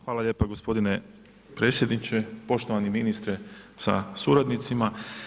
Hvala lijepa gospodine predsjedniče, poštovani ministre sa suradnicima.